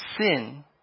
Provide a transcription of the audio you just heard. sin